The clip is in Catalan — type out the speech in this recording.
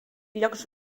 llocs